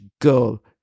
girl